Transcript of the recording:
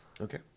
Okay